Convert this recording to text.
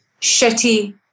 shitty